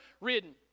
ridden